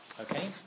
okay